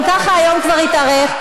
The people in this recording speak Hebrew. גם ככה היום כבר התארך.